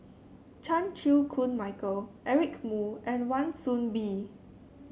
Chan Chew Koon Michael Eric Moo and Wan Soon Bee